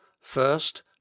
first